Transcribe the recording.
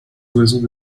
oiseaux